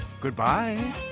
Goodbye